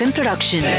Production